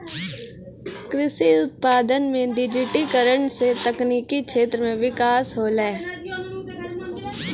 कृषि उत्पादन मे डिजिटिकरण से तकनिकी क्षेत्र मे बिकास होलै